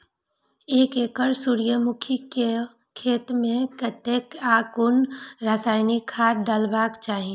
एक एकड़ सूर्यमुखी केय खेत मेय कतेक आ कुन रासायनिक खाद डलबाक चाहि?